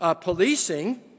policing